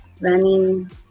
running